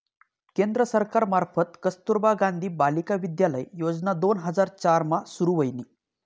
केंद्र सरकार मार्फत कस्तुरबा गांधी बालिका विद्यालय योजना दोन हजार चार मा सुरू व्हयनी